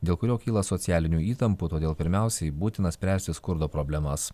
dėl kurio kyla socialinių įtampų todėl pirmiausiai būtina spręsti skurdo problemas